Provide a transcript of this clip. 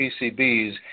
PCBs